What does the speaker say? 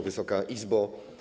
Wysoka Izbo!